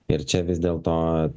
ir čia vis dėl to